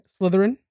Slytherin